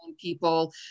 people